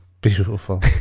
Beautiful